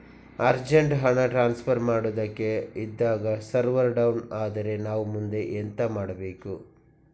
Urgent ಹಣ transfer ಮಾಡೋದಕ್ಕೆ ಇದ್ದಾಗ ಸರ್ವರ್ ಡೌನ್ ಆದರೆ ನಾವು ಮುಂದೆ ಎಂತ ಮಾಡಬೇಕು?